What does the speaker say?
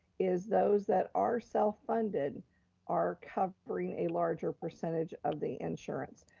is those that are self-funded are covering a larger percentage of the insurance.